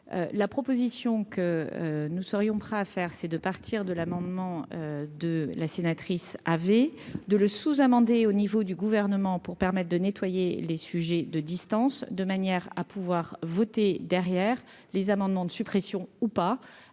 la proposition que nous serions prêts à faire, c'est de partir de l'amendement de la sénatrice avait de le sous-amender au niveau du gouvernement pour permettre de nettoyer les sujets de distance, de manière à pouvoir voter derrière les amendements de suppression ou pas